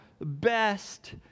best